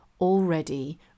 already